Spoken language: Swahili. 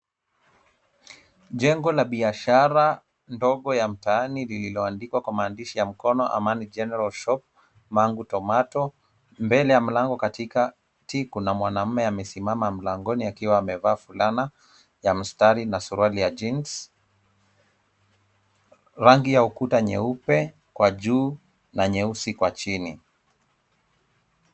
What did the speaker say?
Jengo la biashara ndogo ya mtaani lililoandikwa kwa maandishi ya mkono Amani general shop. Mbele ya mlango katikati kuna mwanaume amesimama mlangoni akiwa amevaa fulana ya mstari na suruali na jeans . Rangi ya ukuta nyeupe kwa juu na nyeusi kwa chini.